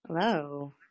Hello